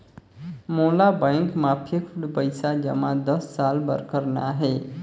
मोला बैंक मा फिक्स्ड पइसा जमा दस साल बार करना हे?